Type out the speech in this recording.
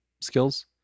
skills